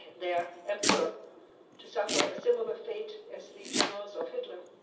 their emperor to suffer a similar fate as the generals of hitler.